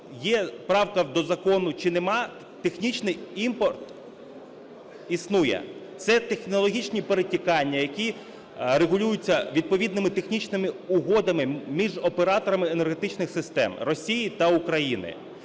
є правка до закону чи немає, технічний імпорт існує. Це технологічні перетікання, які регулюються відповідними технічними угодами між операторами енергетичних систем Росії та України.